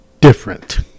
different